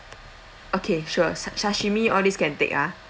okay sure sash~ sashimi all these can take ah